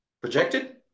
projected